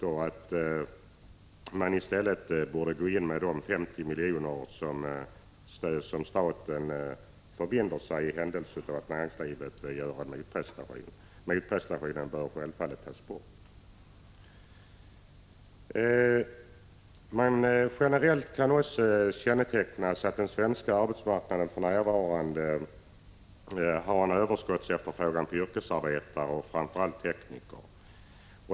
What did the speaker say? Staten förbinder sig alltså att tillskjuta 50 miljoner om näringslivet gör en motprestation, men denna motprestation bör självfallet tas bort. Generellt sett kännetecknas den svenska arbetsmarknaden för närvarande av en överskottsefterfrågan på yrkesarbetare och framför allt på tekniker.